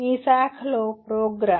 మీ శాఖలో ప్రోగ్రామ్